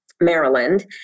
maryland